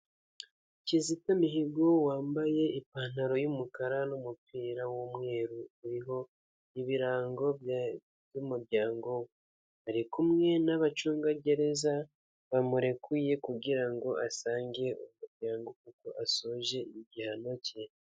Kizito Mihigo wambaye ipantaro y'umukara n'umupira w'umweru uriho ibirango by'umuryango we, ari kumwe n'abacungagereza bamurekuye kugira ngo asange umuryango kuko asoje igihano cye.